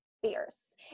fierce